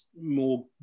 more